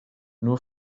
nur